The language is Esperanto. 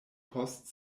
post